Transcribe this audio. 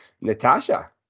Natasha